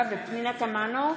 פנינה תמנו,